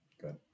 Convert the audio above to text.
Good